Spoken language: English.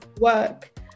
work